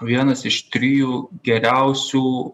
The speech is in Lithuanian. vienas iš trijų geriausių